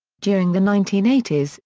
during the nineteen eighty s,